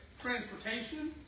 transportation